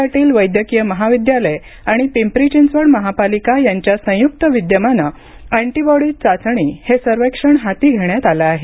पाटील वैद्यकीय महाविद्यालय आणि पिंपरी चिंचवड महापालिका यांच्या संयुक्त विद्यमाने अँटीबॉडीज चाचणी हे सर्वेक्षण हाती घेण्यात आले आहे